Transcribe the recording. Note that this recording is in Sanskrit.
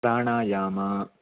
प्राणायाम